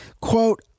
quote